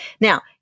Now